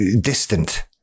distant